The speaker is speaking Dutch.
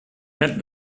met